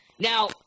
Now